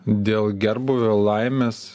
dėl gerbūvio laimės